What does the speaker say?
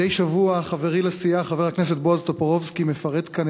מדי שבוע חברי לסיעה חבר הכנסת בועז טופורובסקי מפרט כאן